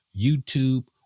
YouTube